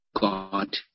God